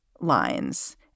lines